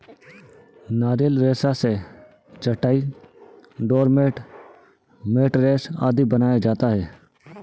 नारियल रेशा से चटाई, डोरमेट, मैटरेस आदि बनाया जाता है